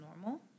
normal